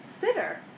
sitter